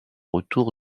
retour